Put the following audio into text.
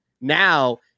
now